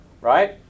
right